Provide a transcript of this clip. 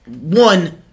one